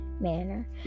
manner